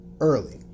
early